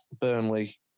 Burnley